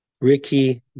Ricky